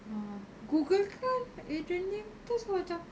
ah googlekan adrian lim terus macam